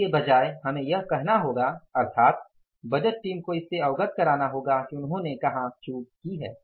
इसके बजाय हमें यह कहना होगा अर्थात बजट टीम को इससे अवगत करना होगा कि उन्होंने कहां चूक की है